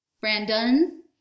Brandon